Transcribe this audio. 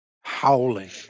howling